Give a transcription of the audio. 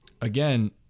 again